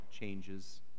changes